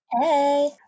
Hey